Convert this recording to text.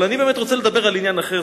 אבל אני רוצה לדבר על עניין אחר,